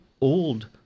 old